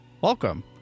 welcome